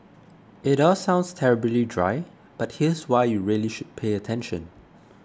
it all sounds terribly dry but here's why you really should pay attention